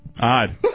Odd